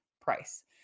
price